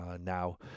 now